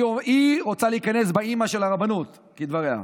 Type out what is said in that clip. היא רוצה להיכנס באימא של הרבנות, כדבריה,